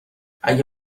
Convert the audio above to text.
اگه